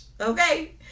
okay